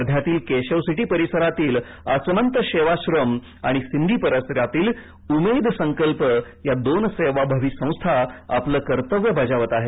वर्ध्यातील केशवसिटी परिसरातील आसमंत सेवाश्रम आणि सिंदी परिसरातील उमेद सकल्प या दोन सेवाभावी संस्था आपलं कर्तव्य बजावत आहेत